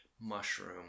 mushroom